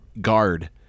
guard